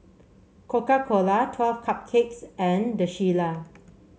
Coca Cola Twelve Cupcakes and The Shilla